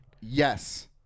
Yes